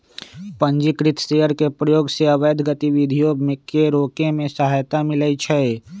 पंजीकृत शेयर के प्रयोग से अवैध गतिविधियों के रोके में सहायता मिलइ छै